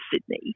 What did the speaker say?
Sydney